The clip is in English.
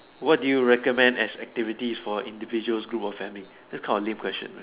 what do you recommend as activity for individuals groups or family they call it a lame question right